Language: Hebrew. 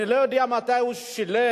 אני לא יודע מתי הוא שילם